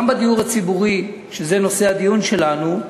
גם בדיור הציבורי, שזה נושא הדיון שלנו,